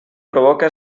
provoca